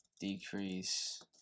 decrease